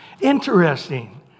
Interesting